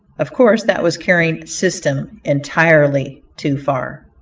of course that was carrying system entirely too far.